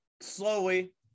slowly